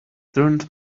turned